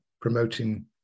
promoting